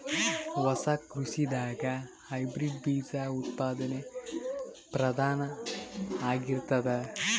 ಹೊಸ ಕೃಷಿದಾಗ ಹೈಬ್ರಿಡ್ ಬೀಜ ಉತ್ಪಾದನೆ ಪ್ರಧಾನ ಆಗಿರತದ